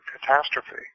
catastrophe